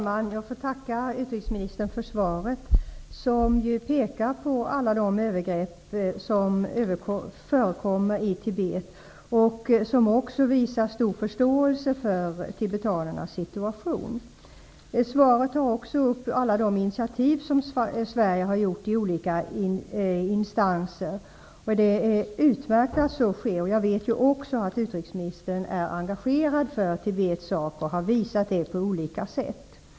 Fru talman! Jag tackar utrikesministern för svaret, där det pekas på alla de övergrepp som förekommer i Tibet. Utrikesministern visar också stor förståelse för tibetanernas situation. I svaret tas också upp alla de initiativ som Sverige har tagit i olika instanser. Det är utmärkt att så sker. Jag vet också att utrikesministern är engagerad i Tibets sak, och hon har visat det på olika sätt.